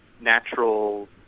natural